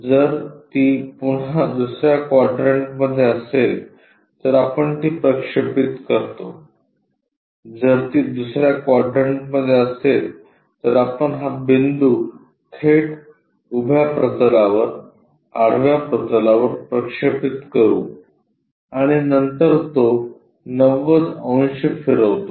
जर ती पुन्हा दुसर्या क्वाड्रंटमध्ये असेल तर आपण ती प्रक्षेपित करतो जर ती दुसर्या क्वाड्रंटमध्ये असेल तर आपण हा बिंदू थेट उभ्या प्रतलावर आडव्या प्रतलावर प्रक्षेपित करू आणि नंतर तो 90 अंश फिरवितो